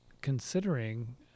considering